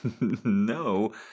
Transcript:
No